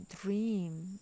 dream